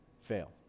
fail